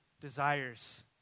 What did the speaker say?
desires